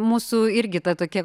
mūsų irgi ta tokia